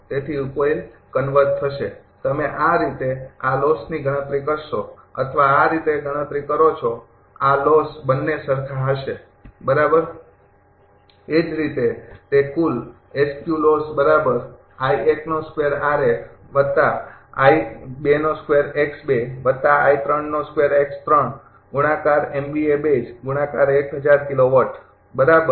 તેથી ઉકેલ કન્વર્ઝ થશે તમે આ રીતે આ લોસની ગણતરી કરશો અથવા આ રીતે ગણતરી કરો છો આ લોસ બંને સમાન સરખા હશે બરાબર